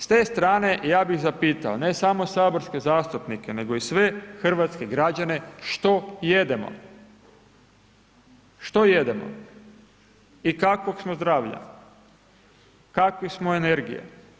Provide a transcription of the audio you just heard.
S te strane, ja bih zapitao ne samo saborske zastupnike nego i sve hrvatske građane što jedemo, što jedemo i kakvog smo zdravlja, kakve smo energije.